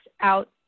out